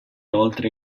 oltre